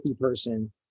person